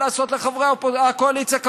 לחברי הקואליציה,